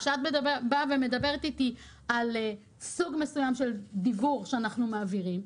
כשאת מדברת על סוג מסוים של דיוור שאנחנו מעבירים,